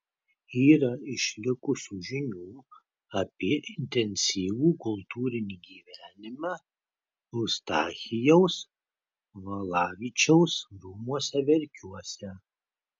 yra išlikusių žinių apie intensyvų kultūrinį gyvenimą eustachijaus valavičiaus rūmuose verkiuose